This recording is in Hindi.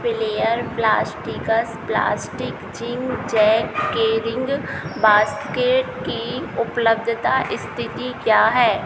player plastics plastic zigzag carrying basket की उपलब्धता स्थिति क्या है